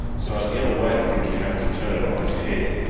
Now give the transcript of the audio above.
so in a way i think you have to turn it on its head.